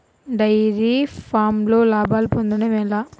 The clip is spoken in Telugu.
డైరి ఫామ్లో లాభాలు పొందడం ఎలా?